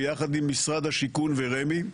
ביחד עם משרד השיכון ורמ"י,